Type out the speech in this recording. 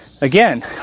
Again